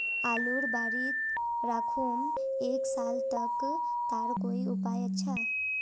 आलूर बारित राखुम एक साल तक तार कोई उपाय अच्छा?